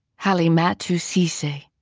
halimatu sisay,